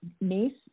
niece